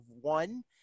one